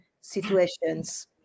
situations